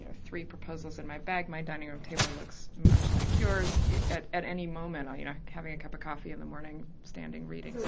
three proposals in my bag, my dining room table looks much like yours, at at any moment, you know, having a cup of coffee in the morning standing, reading,